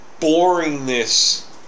boringness